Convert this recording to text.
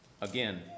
Again